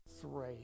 three